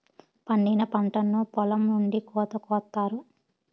పండిన పంటను పొలం నుండి కోత కొత్తారు